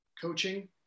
coaching